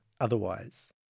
otherwise